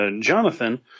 Jonathan